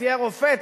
רופא,